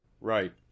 Right